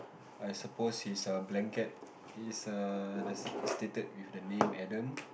I suppose is a blanket it's a stated with the name Adam